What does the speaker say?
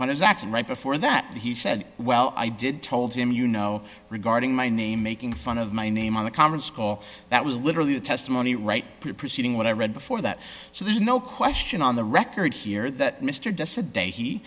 fun of jackson right before that he said well i did told him you know regarding my name making fun of my name on the conference call that was literally the testimony right preceding what i read before that so there's no question on the record here that mr d